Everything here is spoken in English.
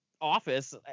office